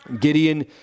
Gideon